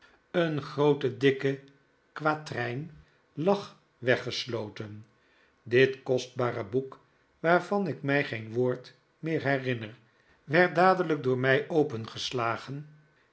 een groote dikke kwatrijn lag weggesloten dit kostbare boek waarvan ik mij geen woord meer herinner werd dadelijk door mij